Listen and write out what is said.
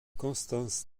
constance